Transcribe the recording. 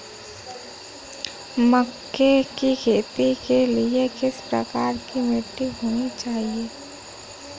मक्के की खेती के लिए किस प्रकार की मिट्टी होनी चाहिए?